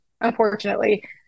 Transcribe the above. unfortunately